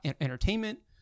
entertainment